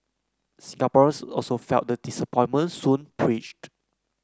Singaporeans also felt the disappointment soon preached